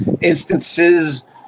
instances